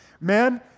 Men